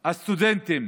הסטודנטים,